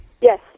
Yes